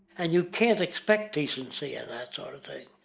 and you can't expect decency in that sort